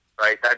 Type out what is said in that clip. right